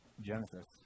Genesis